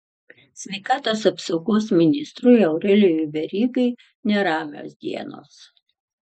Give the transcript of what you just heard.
sveikatos apsaugos ministrui aurelijui verygai neramios dienos